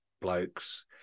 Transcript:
blokes